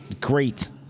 great